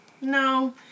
no